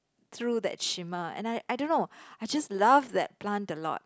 through that simmer and I I don't know I just loved that plant a lot